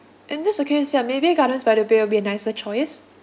in this case ya maybe gardens by the bay will be a nicer choice